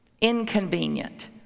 inconvenient